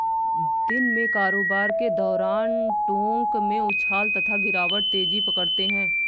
दिन में कारोबार के दौरान टोंक में उछाल तथा गिरावट तेजी पकड़ते हैं